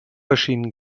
erschien